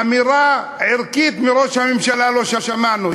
אמירה ערכית מראש הממשלה לא שמענו.